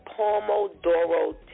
Pomodoro